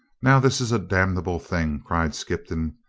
now, this is a damnable thing, cried skippon.